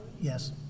Yes